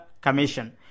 commission